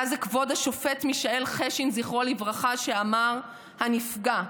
היה זה כבוד השופט מישאל חשין ז"ל שאמר: "הנפגע,